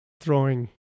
throwing